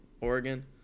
Oregon